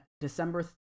december